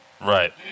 right